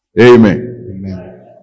Amen